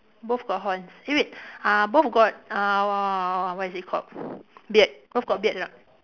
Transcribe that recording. both got horns eh wait uh both got uh what is it called beard both got beard or not